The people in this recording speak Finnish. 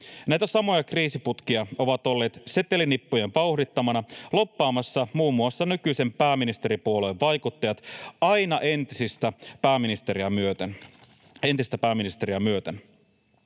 Näitä samoja kriisiputkia ovat olleet setelinippujen vauhdittamina lobbaamassa muun muassa nykyisen pääministeripuolueen vaikuttajat aina entistä pääministeriä myöten.